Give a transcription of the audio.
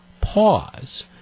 pause